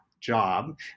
job